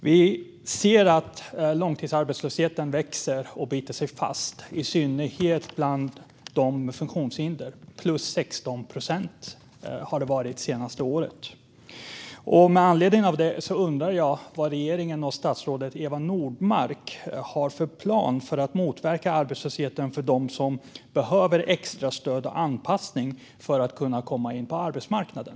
Vi ser att långtidsarbetslösheten växer och biter sig fast, i synnerhet bland dem med funktionshinder - plus 16 procent har det varit det senaste året. Med anledning av det undrar jag vad regeringen och statsrådet Eva Nordmark har för plan för att motverka arbetslösheten för dem som behöver extra stöd och anpassning för att kunna komma in på arbetsmarknaden.